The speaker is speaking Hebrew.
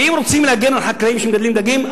ואם רוצים להגן על חקלאים שמגדלים דגים,